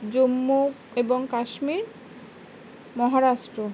জম্মু এবং কাশ্মীর মহারাষ্ট্র